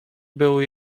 były